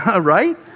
Right